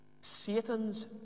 Satan's